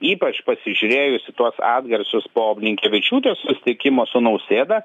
ypač pasižiūrėjus į tuos atgarsius po blinkevičiūtės susitikimo su nausėda